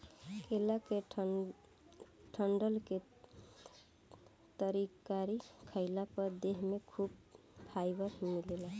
केला के डंठल के तरकारी खइला पर देह में खूब फाइबर मिलेला